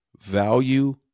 value